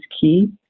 key